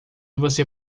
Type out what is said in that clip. você